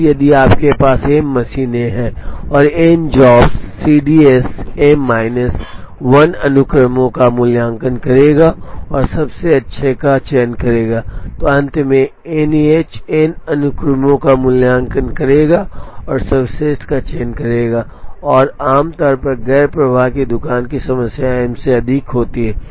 अब यदि आपके पास एम मशीनें हैं और n jobs CDS m minus 1 अनुक्रमों का मूल्यांकन करेगा और सबसे अच्छा का चयन करेगा तो अंत में NEH n अनुक्रमों का मूल्यांकन करेगा और सर्वश्रेष्ठ का चयन करेगा और आमतौर पर गैर प्रवाह की दुकान की समस्याएं m से अधिक होती हैं